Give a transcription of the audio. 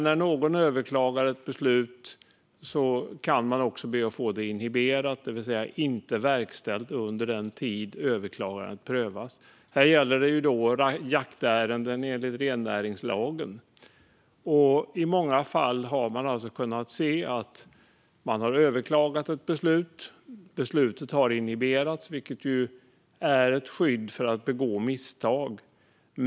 När någon överklagar ett beslut kan man också be att få det inhiberat, det vill säga att beslutet inte verkställs under den tid överklagan prövas. Här gäller det jaktärenden enligt rennäringslagen. I många fall har man kunnat se att ett beslut har överklagats. Beslutet har inhiberats, vilket är ett skydd mot att begå misstag.